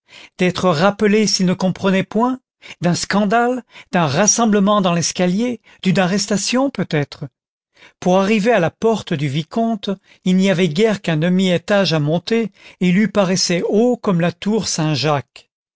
d'être rappelée s'il ne comprenait point d'un scandale d'un rassemblement dans l'escalier d'une arrestation peut-être pour arriver à la porte du vicomte il n'y avait guère qu'un demi étage à monter et il lui paraissait haut comme la tour saint-jacques